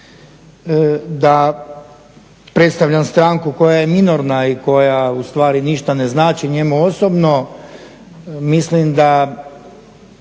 da predstavljam stranku koja je minorna i koja ustvari ništa ne znači njemu osobno, mislim da